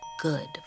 good